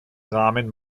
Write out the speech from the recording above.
rahmen